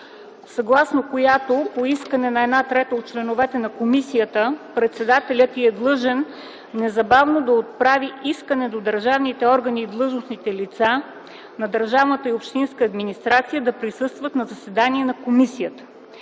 съгласно която по искане на една трета от членовете на комисията председателят й е длъжен незабавно да отправи искане до държавните органи и длъжностните лица от държавната и общинската администрация да присъстват на заседания на комисията.